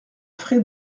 frais